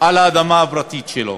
על האדמה הפרטית שלו?